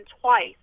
twice